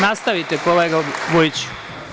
Nastavite kolega, Vujiću.